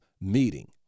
meeting